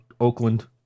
Oakland